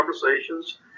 conversations